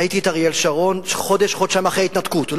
ראיתי את אריאל שרון חודש-חודשיים אחרי ההתנתקות,